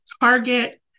target